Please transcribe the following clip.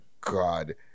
god